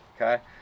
okay